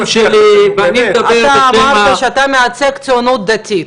שלי ואני מדבר בשם ה --- אתה אמרת שאתה מייצג את הציונות הדתית.